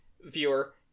viewer